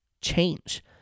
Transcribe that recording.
change